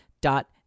dot